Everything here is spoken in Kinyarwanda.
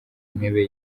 ntebe